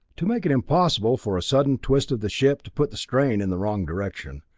to make it impossible for a sudden twist of the ship to put the strain in the wrong direction.